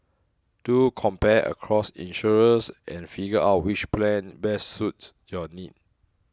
do compare across insurers and figure out which plan best suits your needs